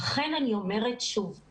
לכן אני אומרת שוב,